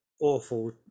Awful